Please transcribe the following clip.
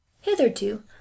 Hitherto